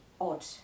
odd